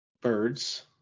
Birds